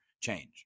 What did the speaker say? change